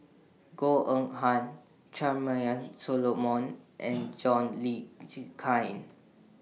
Goh Eng Han Charmaine Solomon and John Le Cain Can